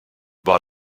war